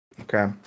okay